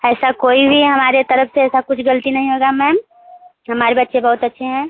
ऐसा कोई भी हमारे तरफ से ऐसा कुछ गलती नहीं होगा मैम हमारे बच्चे बहुत अच्छे हैं